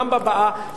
גם בבאה,